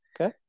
Okay